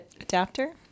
Adapter